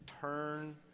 turn